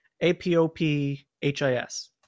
A-P-O-P-H-I-S